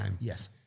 Yes